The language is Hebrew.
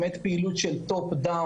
שהיא באמת פעילות של טופ-דאון,